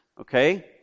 okay